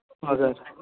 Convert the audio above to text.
हजुर